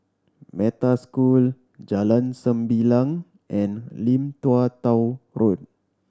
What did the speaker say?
Metta School Jalan Sembilang and Lim Tua Tow Road